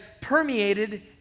permeated